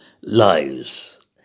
lives